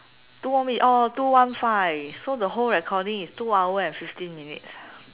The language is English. two more minutes oh two one five so the whole recording is two hours and fifteen minutes